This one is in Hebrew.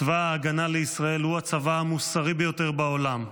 צבא ההגנה לישראל הוא הצבא המוסרי ביותר בעולם.